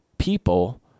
people